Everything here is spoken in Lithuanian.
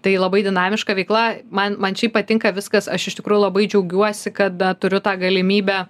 tai labai dinamiška veikla man man šiaip patinka viskas aš iš tikrųjų labai džiaugiuosi kada turiu tą galimybę